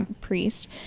priest